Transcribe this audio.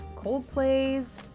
Coldplay's